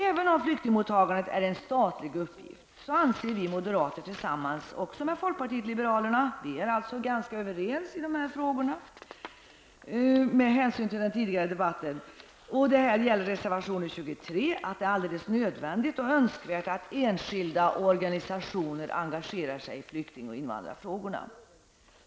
Även om flyktingmottagandet är en statlig uppgift anser vi moderater, tillsammans med folkpartiet liberalerna -- vi är alltså ganska överens i dessa frågor, detta sägs med hänsyn till den tidigare debatten -- i reservation 23 att det är alldeles nödvändigt och önskvärt att enskilda och organisationer engagerar sig i flykting och invandrarfrågorna.